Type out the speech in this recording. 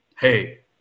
hey